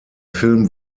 film